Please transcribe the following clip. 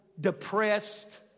depressed